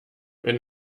wenn